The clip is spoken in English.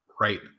right